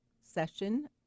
session